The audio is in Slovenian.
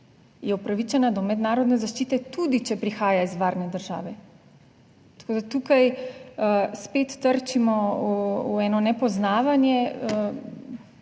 je upravičena do mednarodne zaščite tudi, če prihaja iz varne države, tako da tukaj spet trčimo v eno nepoznavanje,